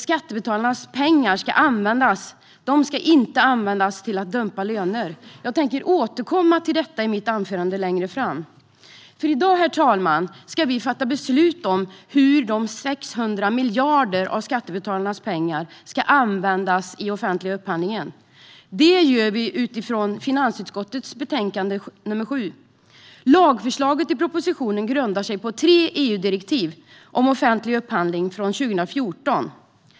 Skattebetalarnas pengar ska inte användas till att dumpa löner. Jag tänker återkomma till detta i mitt anförande längre fram. Herr talman! I dag ska vi fatta beslut om hur 600 miljarder av skattebetalarnas pengar ska användas i offentlig upphandling. Det gör vi utifrån finansutskottets betänkande 7. Lagförslaget i propositionen grundar sig på tre EU-direktiv om offentlig upphandling från 2014.